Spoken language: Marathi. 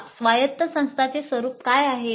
या स्वायत्त संस्थांचे स्वरूप काय आहे